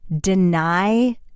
deny